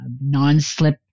non-slip